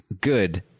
good